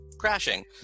crashing